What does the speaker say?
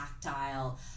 tactile